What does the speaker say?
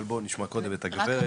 אבל בוא נשמע קודם את הגברת.